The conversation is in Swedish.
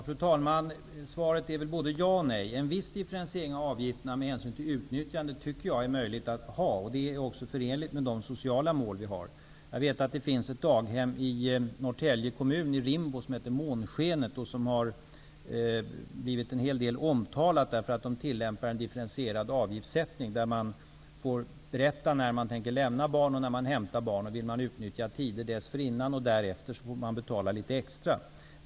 Fru talman! Svaret är både ja och nej. En viss differentiering av avgifterna med hänsyn till utnyttjande tycker jag är möjlig. Detta är också förenligt med de sociala mål som vi har. Jag vet att det finns ett daghem i Norrtälje kommun, i Rimbo, som heter Månskenet och som har blivit omtalat därför att en differentierad avgiftssättning tillämpas där. Man får tala om när man tänker lämna barnen och när man tänker hämta dem. Vill man utnyttja tider dessförinnan eller därefter, får man betala litet extra.